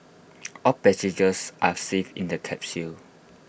all passengers are safe in the capsule